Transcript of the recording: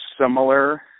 similar